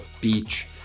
Beach